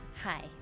Hi